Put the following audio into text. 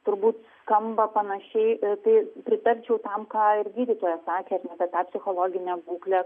turbūt skamba panašiai tai pritarčiau tam ką ir gydytoja sakė apie tą psichologinę būklę